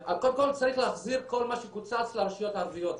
קודם כל צריך להחזיר כל מה שקוצץ לרשויות הערביות,